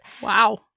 Wow